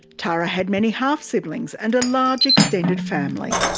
tara had many half-siblings and a large extended family.